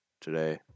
today